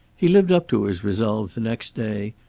he lived up to his resolve the next day,